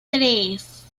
tres